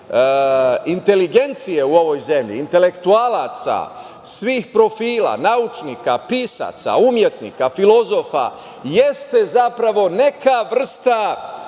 inteligencije u ovoj zemlji, intelektualaca, svih profila, naučnika, pisaca, umetnika, filozofa jeste zapravo neka vrsta,